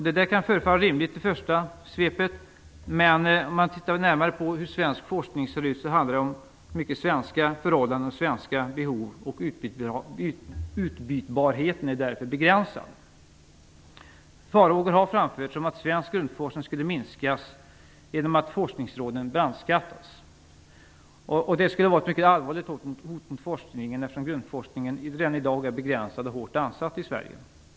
Det kan förefalla rimligt vid en första anblick, men om man tittar närmare på hur svensk forskning ser ut finner man att svensk forskning i hög grad handlar om svenska förhållanden och behov, och utbytbarheten är därför begränsad. Farhågor har framförts om att svensk grundforskning skulle minskas genom att forskningsråden brandskattas. Det skulle vara ett mycket allvarligt hot mot forskningen, eftersom grundforskningen redan i dag är begränsad och hårt ansatt i Sverige.